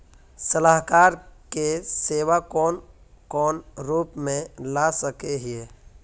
सलाहकार के सेवा कौन कौन रूप में ला सके हिये?